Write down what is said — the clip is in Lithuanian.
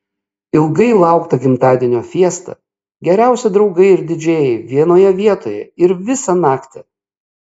ilgai laukta gimtadienio fiesta geriausi draugai ir didžėjai vienoje vietoje ir visą naktį